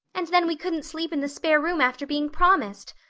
and then we couldn't sleep in the spare room after being promised.